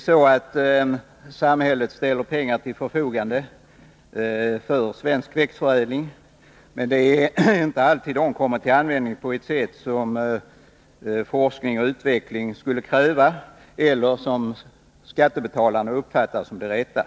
Samhället ställer pengar till förfogande för svensk växtförädling, men det är inte alltid som de pengarna kommer till användning på det för forskning och utveckling bästa sättet eller på ett sätt som skattebetalarna uppfattar som det rätta.